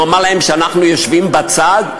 נאמר להם שאנחנו יושבים בצד,